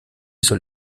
soll